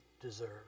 deserve